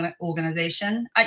organization